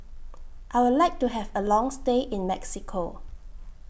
I Would like to Have A Long stay in Mexico